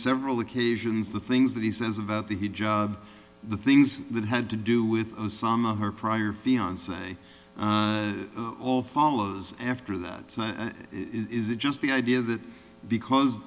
several occasions the things that he says about the he job the things that had to do with some of her prior fiance all follows after that is it just the idea that because